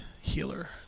healer